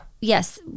yes